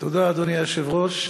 תודה, אדוני היושב-ראש.